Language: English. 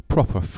Proper